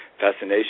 fascination